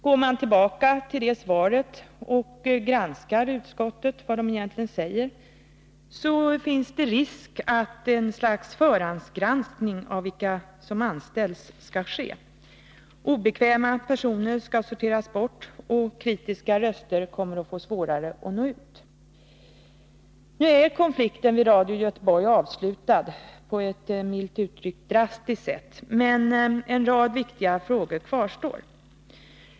Går man tillbaka till detta svar och granskar vad utskottet egentligen säger, finner man att det är risk för att ett slags förhandsgranskning av vilka som anställs skall ske. Obekväma personer skall sorteras bort, och kritiska röster kommer att få svårare att nå ut. Nu är konflikten vid Radio Göteborg avslutad på ett, milt uttryckt, drastiskt sätt, men en rad viktiga frågor kvarstår.